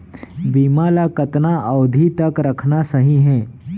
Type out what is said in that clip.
बीमा ल कतना अवधि तक रखना सही हे?